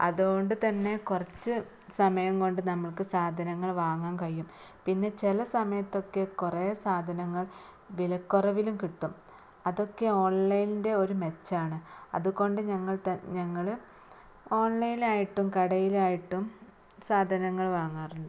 അത് കൊണ്ട് തന്നെ കുറച്ച് സമയം കൊണ്ട് നമുക്ക് സാധനങ്ങൾ വാങ്ങാന് കഴിയും പിന്നെ ചില സമയത്തൊക്കെ കുറേ സാധനങ്ങള് വിലക്കുറവിലും കിട്ടും അതൊക്കെ ഓണ്ലൈനിന്റെ ഒരു മെച്ചമാണ് അതുകൊണ്ട് ഞങ്ങൾ ഞങ്ങൾ ഓണ്ലൈനായിട്ടും കടയിലായിട്ടും സാധനങ്ങള് വാങ്ങാറുണ്ട്